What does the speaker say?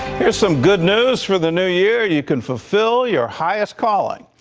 here is some good news for the new year. you can fulfill your highest calling.